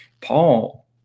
Paul